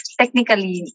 technically